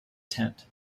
tent